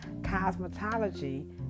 cosmetology